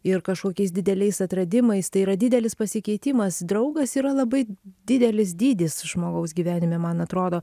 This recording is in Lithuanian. ir kažkokiais dideliais atradimais tai yra didelis pasikeitimas draugas yra labai didelis dydis žmogaus gyvenime man atrodo